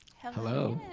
hello